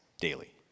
daily